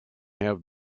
have